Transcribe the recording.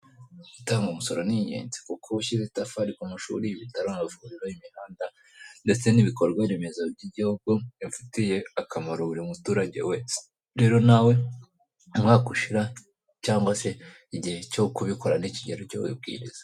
Gutanga umusoro n'ingenzi, kuko uba ushyira itafari ku mashuri, ibitaro, amavuriro, imihanda ndetse n'ibikorwaremezo by'igihugu bifitiye akamaro buri muturage wese. Rero nawe umwaka ushira, cyangwa se igihe cyo kubikora nikigera, ujye wibwiriza.